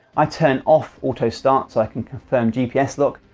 i turn off auto start so i can confirm gps lock,